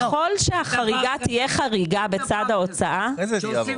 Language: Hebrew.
ככל שהחריגה תהיה חריגה בצד ההוצאה --- כשעושים